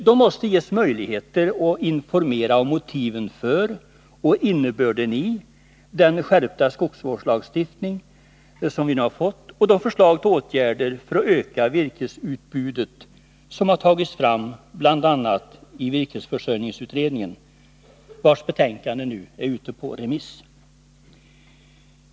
De måste ges möjligheter att informera om motiven för och innebörden i den skärpta skogsvårdslagstiftning som vi nu har fått och om de kål förslag till åtgärder för att öka virkesutbudet som har tagits fram bl.a. i virkesförsörjningsutredningen, vars betänkande nu är ute på remiss.